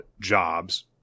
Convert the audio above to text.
jobs